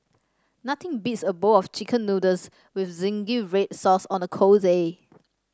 nothing beats a bowl of chicken noodles with zingy red sauce on a cold day